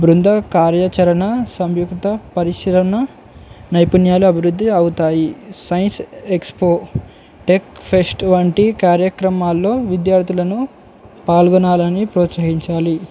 బృంద కార్యచరణ సంయుక్త పరిశీలన నైపుణ్యాలు అభివృద్ధి అవుతాయి సైన్స్ ఎక్స్పో టెక్ఫెస్ట్ వంటి కార్యక్రమాలలో విద్యార్థులను పాల్గొనాలని ప్రోత్సహించాలి